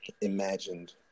imagined